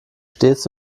stets